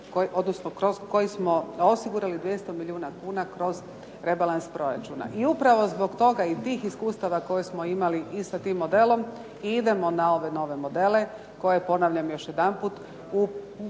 koji smo osigurali 200 milijuna kuna kroz rebalans proračuna. I upravo zbog toga i tih iskustava koje smo imali i sa tim modelom i idemo na ove nove modele koje, ponavljam još jedanput,